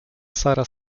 sara